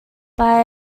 buy